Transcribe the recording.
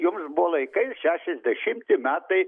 jums buvo laikai šešiasdešimti metai